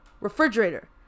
refrigerator